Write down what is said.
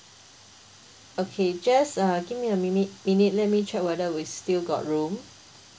okay just uh give me a minute minute let me check whether we still got room